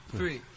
three